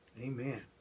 Amen